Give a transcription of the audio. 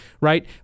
right